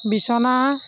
বিছনা